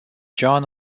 john